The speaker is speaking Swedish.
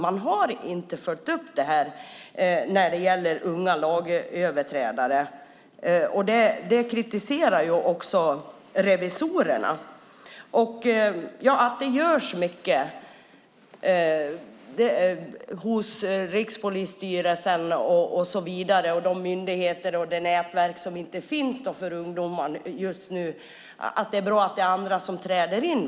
Man har inte följt upp detta med unga lagöverträdare. Det kritiserade också revisorerna. Det görs mycket hos Rikspolisstyrelsen och så vidare. Det handlar också om myndigheter och det nätverk som inte finns för ungdomar. Det är bra att det är andra som träder in.